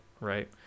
right